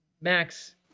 Max